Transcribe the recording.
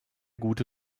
gute